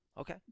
Okay